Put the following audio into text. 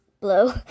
blue